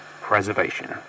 preservation